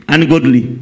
Ungodly